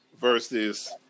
versus